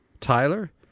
Tyler